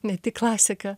ne tik klasika